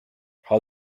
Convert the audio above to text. how